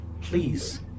please